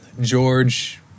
George